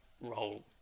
role